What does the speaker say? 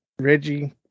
Reggie